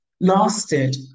lasted